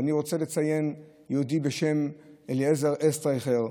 אני רוצה לציין יהודי בשם אליעזר אסטרייכר,